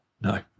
No